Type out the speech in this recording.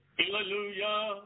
hallelujah